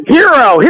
Hero